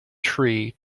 tree